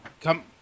come